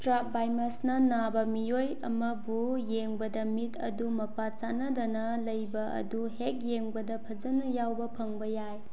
ꯏꯁꯇ꯭ꯔꯥꯕꯥꯏꯃꯁꯅ ꯅꯥꯕ ꯃꯤꯑꯣꯏ ꯑꯃꯕꯨ ꯌꯦꯡꯕꯗ ꯃꯤꯠ ꯑꯗꯨ ꯃꯄꯥ ꯆꯥꯟꯅꯗꯅ ꯂꯩꯕ ꯑꯗꯨ ꯍꯦꯛ ꯌꯦꯡꯕ ꯐꯖꯅ ꯌꯥꯎꯕ ꯐꯪꯕ ꯌꯥꯏ